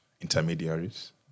intermediaries